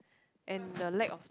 and the lack of